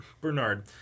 Bernard